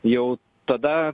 jau tada